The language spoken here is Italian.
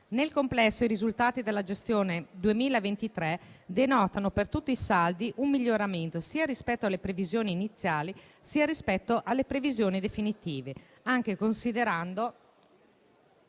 Nel complesso, i risultati della gestione 2023 denotano per tutti i saldi un miglioramento sia rispetto alle previsioni iniziali, sia rispetto alle previsioni definitive, anche considerando